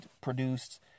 produced